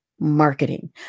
Marketing